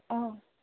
অঁ